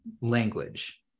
language